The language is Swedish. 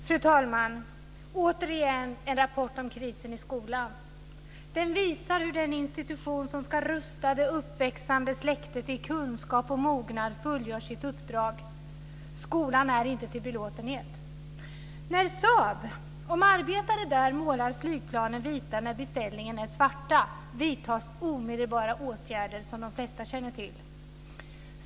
Fru talman! Återigen en rapport om krisen i skolan. Den visar hur den institution som ska rusta det uppväxande släktet i kunskap och mognad fullgör sitt uppdrag. Skolan är inte till belåtenhet. Om arbetare på Saab målar flygplanen vita när beställningen är svarta vidtas omedelbara åtgärder, som de flesta känner till.